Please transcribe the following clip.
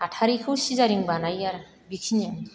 हाथारैखौ सिजारियेन बानायो आरो बेखिनियानो